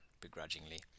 begrudgingly